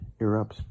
erupts